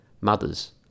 mothers